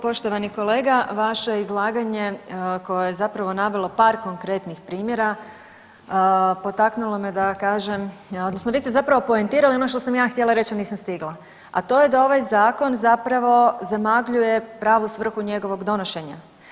Poštovani kolega, vaše izlaganje koje je zapravo navelo par konkretnih primjera potaknulo me da kažem odnosno vi ste zapravo poentirali ono što sam ja htjela reć, a nisam stigla, a to je da ovaj zakon zapravo zamagljuje pravu svrhu njegovog donošenja.